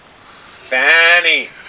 Fanny